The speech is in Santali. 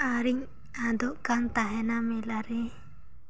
ᱟᱨᱤᱧ ᱟᱫᱚᱜ ᱠᱟᱱ ᱛᱟᱦᱮᱱᱟ ᱢᱮᱞᱟ ᱨᱮ